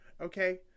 Okay